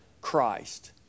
Christ